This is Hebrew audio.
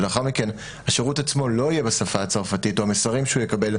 ולאחר מכן השירות עצמו לא יהיה בשפה הצרפתית או המסרים שהוא יקבל,